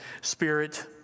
Spirit